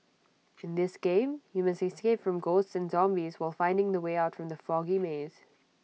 in this game you must escape from ghosts and zombies while finding the way out from the foggy maze